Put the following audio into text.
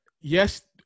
Yes